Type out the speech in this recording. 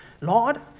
Lord